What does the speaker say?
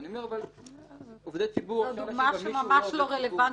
אבל אני אומר -- זאת דוגמה ממש לא רלוונטית.